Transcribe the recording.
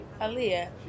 Aaliyah